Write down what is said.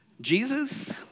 Jesus